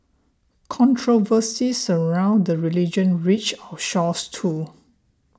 controversies around the religion reached our shores too